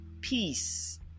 peace